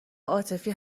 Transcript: عاطفی